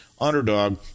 underdog